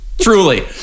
Truly